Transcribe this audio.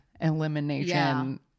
elimination